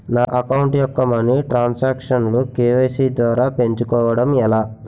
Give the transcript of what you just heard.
నా అకౌంట్ యెక్క మనీ తరణ్ సాంక్షన్ లు కే.వై.సీ ద్వారా పెంచుకోవడం ఎలా?